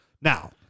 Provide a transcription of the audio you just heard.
Now